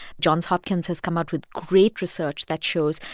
johns hopkins has come out with great research that shows,